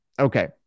okay